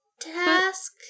task